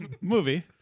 movie